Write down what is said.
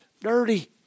dirty